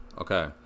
Okay